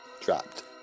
dropped